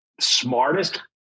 smartest